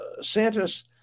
Santos